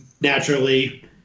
naturally